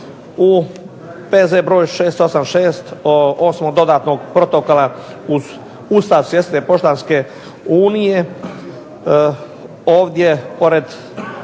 U P.Z. br. 686 osmog dodatnog protokola uz Ustav Svjetske poštanske unije